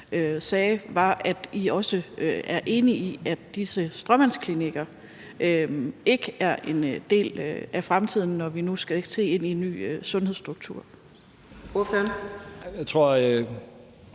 sagde, var, at I også er enige i, at disse stråmandsklinikker ikke er en del af fremtiden, når vi nu skal se ind i en ny sundhedsstruktur. Kl. 11:37 Fjerde